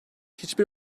hiçbir